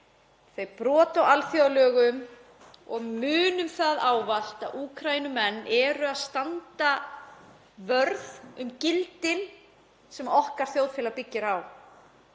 þau brot á alþjóðalögum og munum það ávallt að Úkraínumenn standa vörð um gildin sem okkar þjóðfélag byggir á